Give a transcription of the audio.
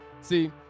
See